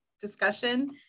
discussion